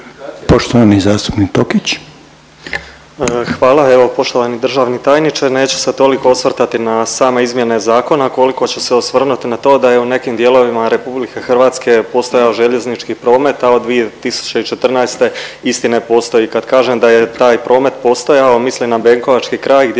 Poštovani zastupnik Tokić.